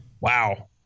Wow